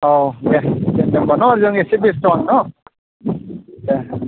अ दे दोनदो होमब्ला न जों एसे बेस्थ' आरो न दे